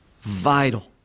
Vital